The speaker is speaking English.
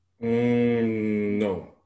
No